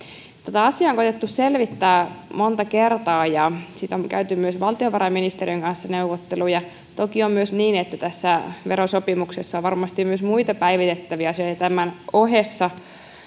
tätä asiaa on koetettu selvittää monta kertaa ja siitä on käyty myös valtiovarainministeriön kanssa neuvotteluja toki on myös niin että tässä verosopimuksessa on varmasti myös muita päivitettäviä asioita tämän ohessa